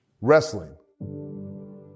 Wrestling